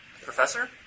Professor